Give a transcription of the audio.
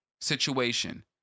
situation